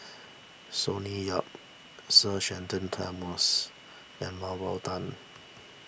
Sonny Yap Sir Shenton Thomas and Mah Bow Tan